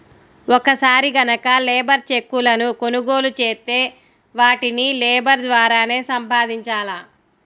ఒక్కసారి గనక లేబర్ చెక్కులను కొనుగోలు చేత్తే వాటిని లేబర్ ద్వారానే సంపాదించాల